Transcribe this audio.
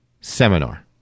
Seminar